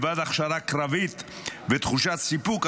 מלבד הכשרה קרבית ותחושת סיפוק,